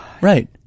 Right